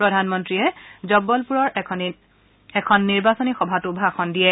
প্ৰধানমন্ত্ৰীয়ে জবলপুৰৰ এখন নিৰ্বাচনী সভাতো ভাষণ দিয়ে